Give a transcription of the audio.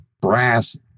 brass